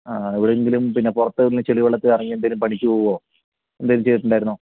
ആ എവിടെയെങ്കിലും പിന്നെ പുറത്തെവിടെയെങ്കിലും ചെളി വെള്ളത്തിലിറങ്ങി എന്തെങ്കിലും പണിക്ക് പോവുകയോ എന്തെങ്കിലും ചെയ്തിട്ടുണ്ടായിരുന്നോ